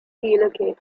relocate